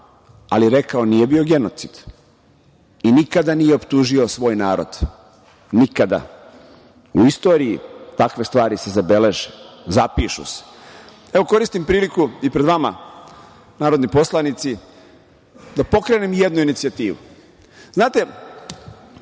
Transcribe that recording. ali rekao nije bio genocid i nikada nije optužio svoj narod, nikada. U istoriji takve stvari se zabeleže, zapišu se. Evo, koristim priliku i pred vama, narodni poslanici, da pokrenem jednu inicijativu. Znate,